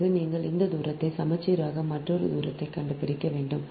பிறகு நீங்கள் இந்த தூரத்தை சமச்சீரான மற்றொரு தூரத்தைக் கண்டுபிடிக்க வேண்டும்